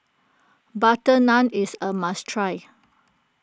Butter Naan is a must try